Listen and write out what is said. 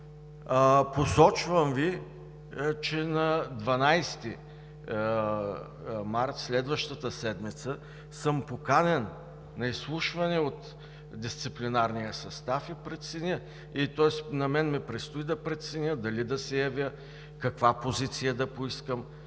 Посочвам Ви, че на 12 март следващата седмица съм поканен на изслушване от дисциплинарния състав и на мен ми предстои да преценя дали да се явя, каква позиция да поискам,